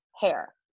hair